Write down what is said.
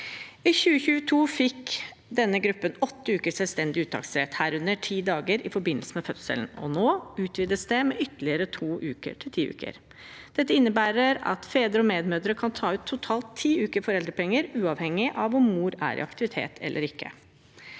I 2022 fikk denne gruppen åtte uker selvstendig uttaksrett, herunder ti dager i forbindelse med fødselen, og nå utvides det med ytterligere to uker, til ti uker. Dette innebærer at fedre og medmødre kan ta ut totalt ti uker med foreldrepenger, uavhengig av om mor er i aktivitet eller ikke.